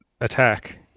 attack –